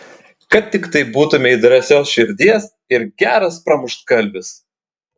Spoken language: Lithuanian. kad tiktai būtumei drąsios širdies ir geras pramuštgalvis